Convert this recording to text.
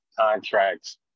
contracts